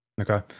Okay